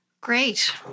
Great